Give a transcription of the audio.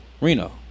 Reno